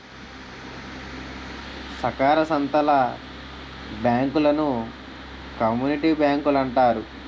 సాకార సంత్తల బ్యాంకులను కమ్యూనిటీ బ్యాంకులంటారు